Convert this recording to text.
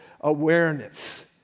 awareness